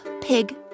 pig